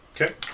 Okay